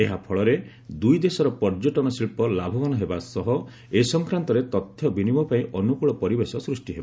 ଏହାଫଳରେ ଦୁଇ ଦେଶର ପର୍ଯ୍ୟଟନ ଶିଳ୍ପ ଲାଭବାନ ହେବା ସହ ଏ ସଂକ୍ରାନ୍ତରେ ତଥ୍ୟ ବିନିମୟ ପାଇଁ ଅନୁକୂଳ ପରିବେଶ ସ୍ପଷ୍ଟି ହେବ